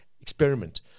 experiment